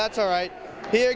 that's all right here